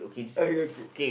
okay okay